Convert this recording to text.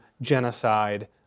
genocide